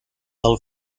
del